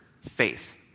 faith